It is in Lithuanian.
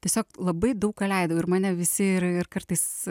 tiesiog labai daug ką leidau ir mane visi ir ir kartais